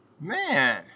Man